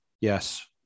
Yes